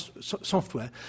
software